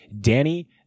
Danny